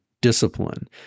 discipline